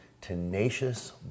tenacious